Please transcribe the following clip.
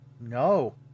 no